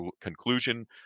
conclusion